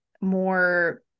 more